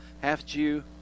half-Jew